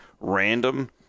random